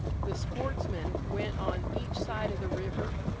the sportsmen went on each side of the river,